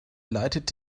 leitet